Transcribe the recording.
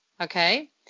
okay